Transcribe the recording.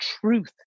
truth